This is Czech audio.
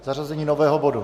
Zařazení nového bodu.